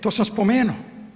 To sam spomenuo.